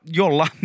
jolla